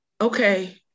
Okay